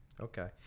Okay